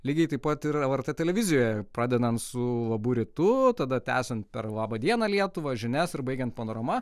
lygiai taip pat ir lrt televizijoje pradedant su labu rytu tada tęsiant per laba diena lietuva žinias ir baigiant panorama